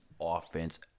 offense